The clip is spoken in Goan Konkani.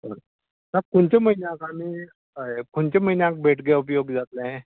बरें खंयचे म्हयन्याक आमी हय खंयचे म्हयन्याक भेट घेवप योग्य जातलें